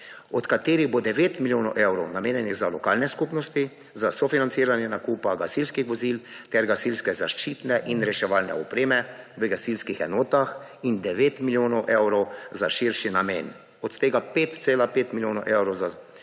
od katerih bo 9 milijonov evrov namenjenih za lokalne skupnosti za sofinanciranje nakupa gasilskih vozil ter gasilske zaščitne in reševalne opreme v gasilskih enotah, in 9 milijonov evrov za širši namen, od tega 5,5 milijona evrov za